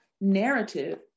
narrative